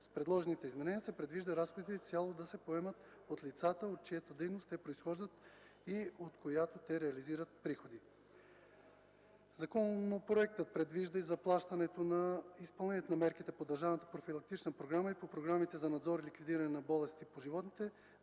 С предложените изменения се предвижда разходите изцяло да се поемат от лицата, от чиято дейност те произхождат и от която те реализират приходи. Законопроектът предвижда заплащането на изпълнението на мерките по Държавната профилактична програма и по програмите за надзор и ликвидиране на болести по животните